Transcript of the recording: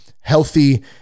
healthy